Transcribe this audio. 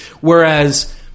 Whereas